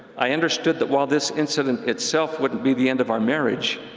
i understood that while this incident itself wouldn't be the end of our marriage,